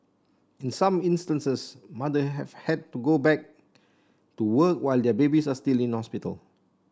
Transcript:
in some instances mothers had to go back to work while their babies are still in hospital